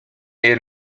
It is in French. est